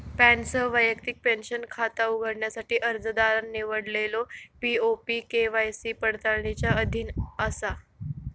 पॅनसह वैयक्तिक पेंशन खाता उघडण्यासाठी अर्जदारान निवडलेलो पी.ओ.पी के.वाय.सी पडताळणीच्या अधीन असा